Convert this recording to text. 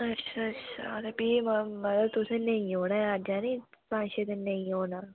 अच्छा अच्छा भी मतलब तुसें नेईं होना ऐ अज्ज पंज छे दिन नेईं औना